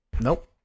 Nope